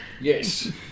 Yes